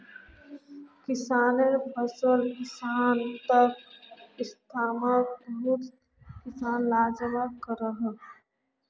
किस्सानेर फसल किंवार तने सरकार मंडित ज़रूरी इंतज़ाम करोह